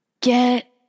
get